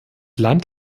land